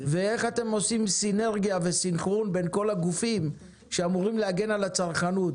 ואיך אתם עושים סינרגיה וסנכרון בין כל הגופים שאמורים להגן על הצרכנות